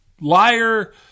liar